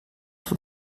von